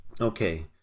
okay